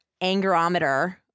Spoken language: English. angerometer